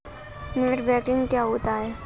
Net banking क्या होता है?